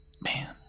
Man